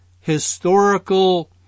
historical